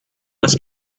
was